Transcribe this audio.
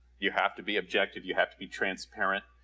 you have to be objective, you have to be transparent.